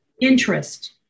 interest